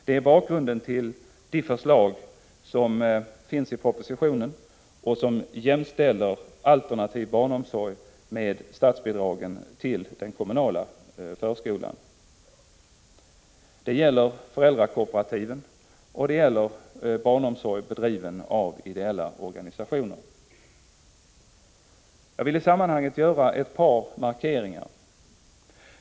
Det är bakgrunden till de förslag som finns i propositionen och som jämställer alternativ barnomsorg när det gäller statsbidraget med den kommunala förskolan. Det gäller föräldrakooperativ och barnomsorg som bedrivs av ideella organisationer. Jag villi sammanhanget göra ett par markeringar.